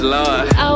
Lord